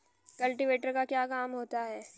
Cultivator का क्या काम होता है?